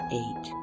eight